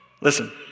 Listen